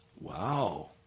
Wow